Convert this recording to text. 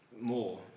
more